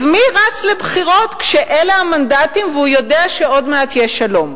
אז מי רץ לבחירות כשאלה המנדטים והוא יודע שעוד מעט יהיה שלום?